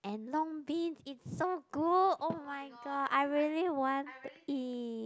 and long beans it's so good oh-my-god I really want to eat